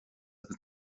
agus